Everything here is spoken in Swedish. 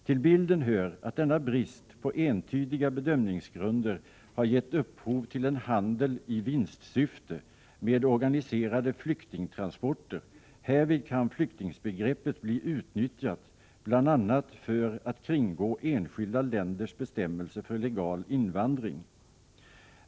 Till bilden hör att denna brist på entydiga bedömningsgrunder har gett upphov till en handel i vinstsyfte med organiserade flyktingtransporter. Härvid kan flyktingbegreppet bli utnyttjat bl.a. för att kringgå enskilda länders bestämmelser för legal invandring.